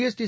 ST